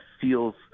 feels